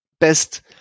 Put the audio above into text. best